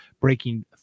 breaking